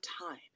time